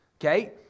okay